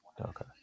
Okay